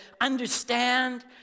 understand